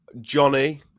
Johnny